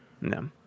No